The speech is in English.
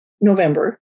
November